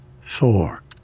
Four